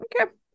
Okay